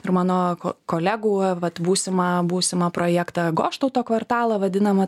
ir mano kolegų vat būsimą būsimą projektą goštauto kvartalą vadinamą